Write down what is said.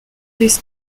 this